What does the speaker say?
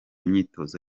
myitozo